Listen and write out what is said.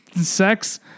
sex